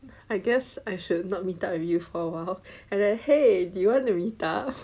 I guess I should not meet up with you for awhile and then !hey! do you want to meet up